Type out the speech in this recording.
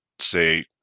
say